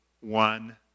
one